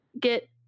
get